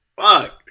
Fuck